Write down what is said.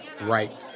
right